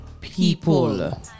people